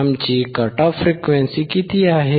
आमची cut off वारंवारता किती आहे